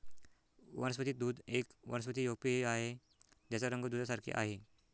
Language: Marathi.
वनस्पती दूध एक वनस्पती पेय आहे ज्याचा रंग दुधासारखे आहे